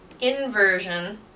inversion